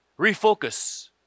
refocus